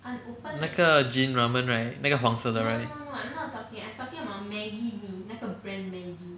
那个 jin ramen right 那个黄色的 right